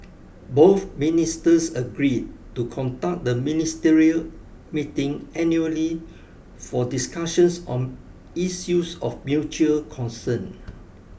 both ministers agreed to conduct the ministerial meeting annually for discussions on issues of mutual concern